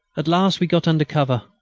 at last we got under cover.